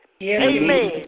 Amen